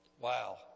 wow